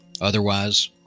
Otherwise